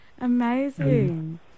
Amazing